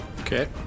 Okay